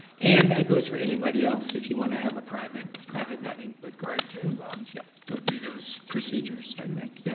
and that goes for anybody else, if you wanna have a private private meeting with regard like to yeah go through those procedures i think. yes,